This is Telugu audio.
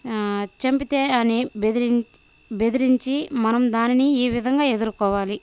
చంపితే అని బెదిరి బెదిరించి మనం దానిని ఈ విధంగా ఎదుర్కోవాలి